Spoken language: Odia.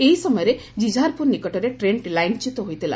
ଏହି ସମୟରେ ଜିଝାରପୁର ନିକଟରେ ଟ୍ରେନ୍ଟି ଲାଇନ୍ଚ୍ୟୁତ ହୋଇଥିଲା